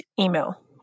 email